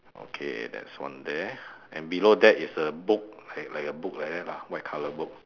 okay that's one there and below that is a book like like a book like that lah white colour book